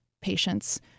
patients